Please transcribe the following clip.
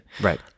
Right